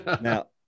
Now